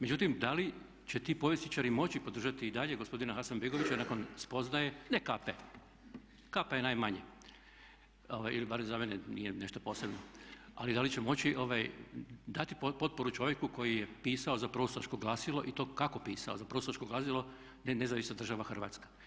Međutim, da li će ti povjesničari moći podržati i dalje gospodina Hasanbegovića nakon spoznaje, ne kape, kapa je najmanje bar za mene nije nešto posebno, ali da li će moći dati potporu čovjeku koji je pisao za proustaško glasilo i to kako pisao za proustaško glasilo "Nezavisna država Hrvatska"